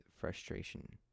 frustration